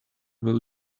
will